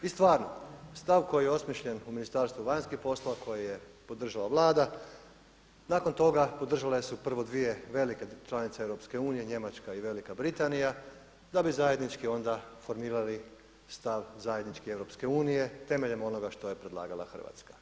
I stvarno, stav koji je osmišljen u Ministarstvu vanjskih poslova koji je podržava vlada, nakon toga podržale su prvo dvije velike članice EU Njemačka i Velika Britanija da bi zajednički onda formirali stav, zajedničke EU temeljem onoga što je predlagala Hrvatska.